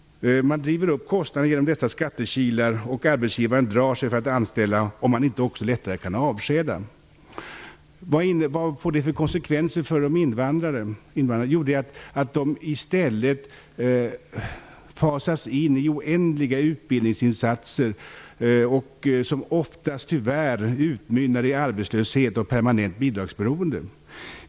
Man driver upp kostnaderna genom dessa skattekilar. Arbetsgivaren drar sig för att anställa om han inte lättare kan avskeda. Jo, att de i stället fasas in i oändliga utbildningsinsatser som tyvärr oftast utmynnar i arbetslöshet och permanent bidragsberoende.